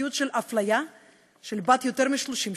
מציאות של אפליה בת יותר מ-30 שנה.